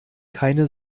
keine